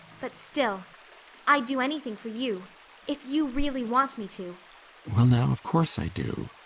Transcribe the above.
but still i'd do anything for you if you really want me to well now, of course i do.